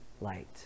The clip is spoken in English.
light